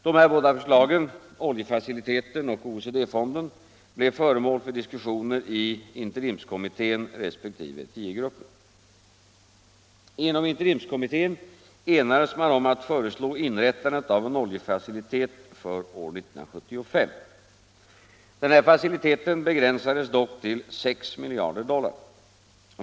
Dessa bägge förslag — oljefaciliteten och OECD-fonden — blev föremål för diskussioner i interimskommittén resp. tiogruppen. Inom interimskommittén enades man om att föreslå inrättandet av en oljefacilitet för år 1975. Denna facilitet begränsades dock till 6 miljarder dollar.